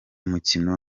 mukino